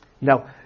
Now